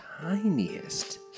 tiniest